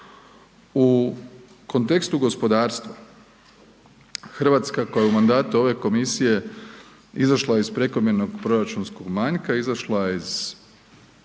U kontekstu gospodarstva Hrvatska koja je u mandatu ove komisije izašla iz prekomjernog proračunskog manjka izašla je